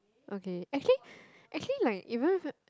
okay actually actually like even if you